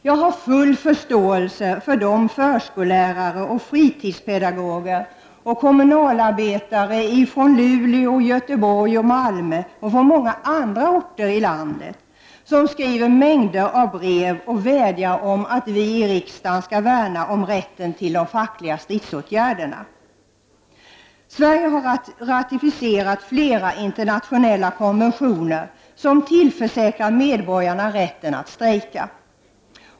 Jag har full förståelse för de förskollärare, fritidspedagoger och kommunalarbetare från Luleå, Göteborg, Malmö och många andra orter i landet som skriver mängder av brev och vädjar om att vi i riksdagen skall värna om rätten till de fackliga stridsåtgärderna. Sverige har ratificerat flera internationella konventioner som tillförsäkrar medborgarna rätten att strejka.